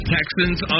Texans